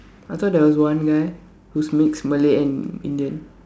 I thought there was one guy who's mixed Malay and Indian